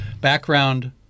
background